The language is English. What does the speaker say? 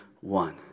one